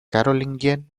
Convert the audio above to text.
carolingian